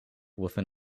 within